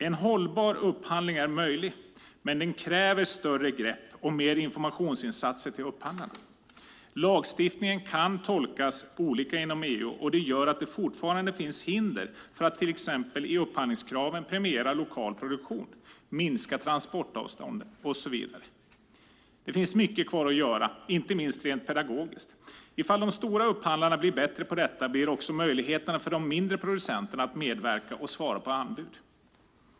En hållbar upphandling är möjlig, men den kräver större grepp och mer informationsinsatser till upphandlarna. Lagstiftningen kan tolkas olika inom EU. Det gör att det fortfarande finns hinder för att till exempel i upphandlingskraven premiera lokal produktion, minska transportavstånden och så vidare. Det finns mycket kvar att göra inte minst rent pedagogiskt. Ifall de stora upphandlarna blir bättre på detta blir också möjligheterna bättre för de mindre producenterna att medverka och svara på anbud.